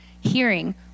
hearing